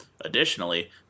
Additionally